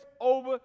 over